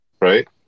right